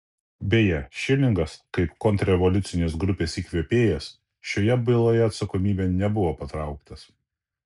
beje šilingas kaip kontrrevoliucinės grupės įkvėpėjas šioje byloje atsakomybėn nebuvo patrauktas